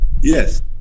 Yes